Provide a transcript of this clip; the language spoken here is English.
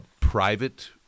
private